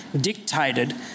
dictated